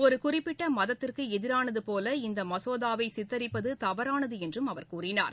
ஒரு குறிப்பிட்ட மதத்திற்கு எதிரானது போல இந்த மசோதாவை சித்தரிப்பது தவறானது என்றும் அவர் கூறினார்